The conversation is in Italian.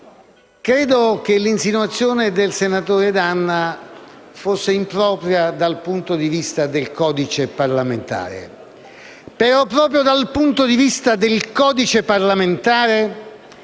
Credo che l'insinuazione del senatore D'Anna fosse impropria dal punto di vista del codice parlamentare.